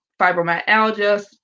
fibromyalgia